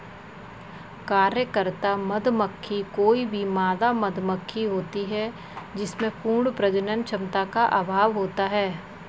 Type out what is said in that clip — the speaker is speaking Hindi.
कार्यकर्ता मधुमक्खी कोई भी मादा मधुमक्खी होती है जिसमें पूर्ण प्रजनन क्षमता का अभाव होता है